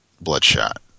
Bloodshot